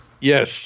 Yes